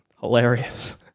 Hilarious